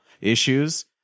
issues